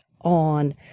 on